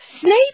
Snape